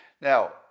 Now